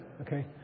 Okay